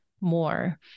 more